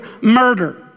murder